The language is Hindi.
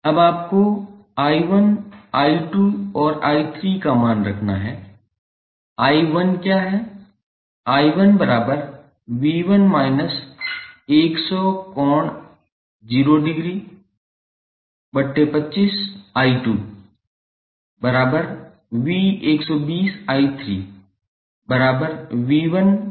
अब आपको 𝐼1 𝐼2 और 𝐼3 का मान रखना है 𝐼1 क्या है